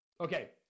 Okay